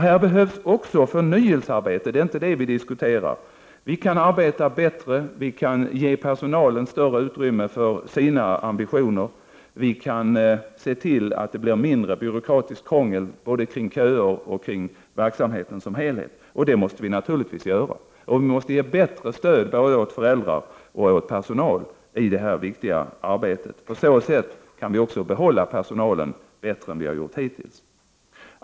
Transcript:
Här behövs också förnyelsearbete — det är inte det vi diskuterar. Vi kan arbeta bättre, vi kan ge personalen större utrymme för sina ambitioner, vi kan se till att det blir mindre byråkratiskt krångel, både kring köer och kring verksamheten som helhet, och det måste vi naturligtvis göra. Vi måste ge ett bättre stöd både åt föräldrar och åt personal i det här viktiga arbetet. På så sätt kan vi också behålla personalen bättre än vi har gjort hittills.